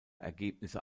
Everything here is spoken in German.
ergebnisse